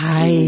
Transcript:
Hi